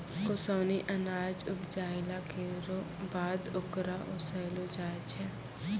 ओसौनी अनाज उपजाइला केरो बाद ओकरा ओसैलो जाय छै